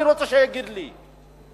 אני רוצה שיגיד לי.